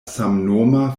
samnoma